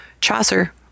Chaucer